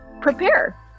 prepare